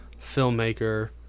filmmaker